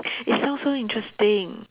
it sound so interesting